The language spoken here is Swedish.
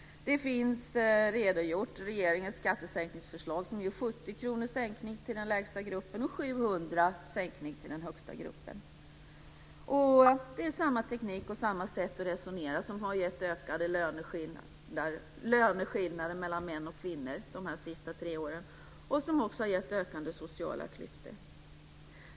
Det finns redogjort för regeringens skattesänkningsförslag, som ger 70 kr sänkning till gruppen med de lägsta inkomsterna och 700 kr sänkning till gruppen med de högsta inkomsterna. Det är samma teknik och samma sätt att resonera som har gett ökade löneskillnader mellan män och kvinnor de senaste tre åren och som har gett ökande sociala klyftor.